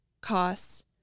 costs